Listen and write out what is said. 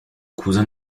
cousin